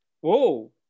Whoa